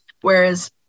Whereas